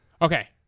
Okay